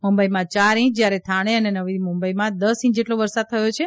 મુંબઈમાં યાર ઇંચ જ્યારે થાણે અને નવી મુંબઈમાં દસ ઇંચ જેટલો વરસાદ થયો છે